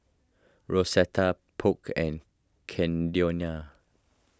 Rosetta Polk and Caldonia